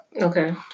Okay